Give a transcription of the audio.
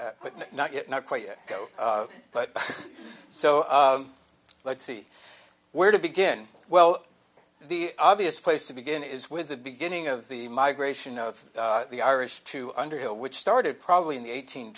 with but not yet not quite yet but so let's see where to begin well the obvious place to begin is with the beginning of the migration of the irish to underhill which started probably in the eighteen